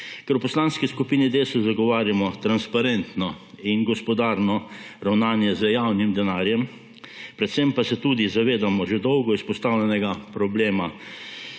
Ker v Poslanski skupini Desus zagovarjamo transparentno in gospodarno ravnanje z javnim denarjem, predvsem pa se tudi zavedamo že dolgo izpostavljenega problema